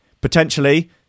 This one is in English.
potentially